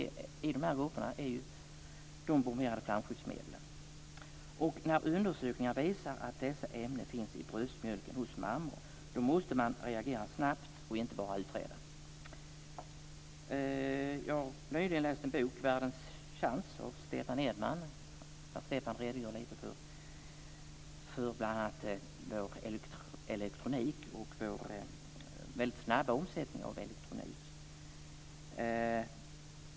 Till de grupperna hör de bromerade flamskyddsmedlen. Och när nu undersökningar visar att dessa ämnen finns i bröstmjölken hos mammor måste man reagera snabbt och inte bara utreda. Jag har nyligen läst en bok Världens chans av Stefan Edman där han redogör för bl.a. vår elektronik och vår väldigt snabba omsättning av elektronik.